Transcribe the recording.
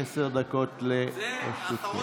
עשר דקות לרשותך.